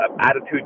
attitude